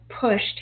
pushed